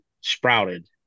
sprouted